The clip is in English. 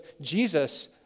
Jesus